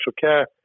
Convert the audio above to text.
care